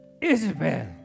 Isabel